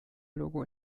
logo